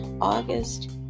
August